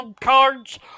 cards